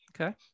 Okay